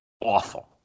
Awful